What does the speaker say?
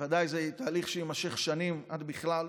ודאי, זה תהליך שיימשך שנים, עד בכלל.